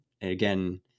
again